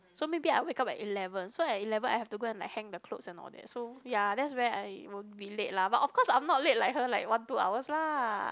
so maybe I wake up at eleven so I eleven I have to go and like hang the clothes and all that so ya that's where I will be late lah but of course I'm not late like her like one two hours lah